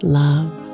love